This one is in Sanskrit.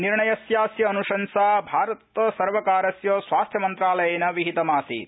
निर्णयस्यास्य अनुशंसा भारतसर्वकारस्य स्वास्थ्यमन्त्रालयेन विहितमासीत्